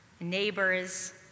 neighbors